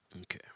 okay